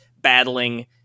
battling